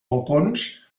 balcons